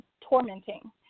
tormenting